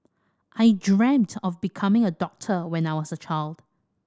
I dreamt of becoming a doctor when I was a child